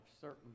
certain